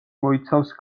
მოიცავს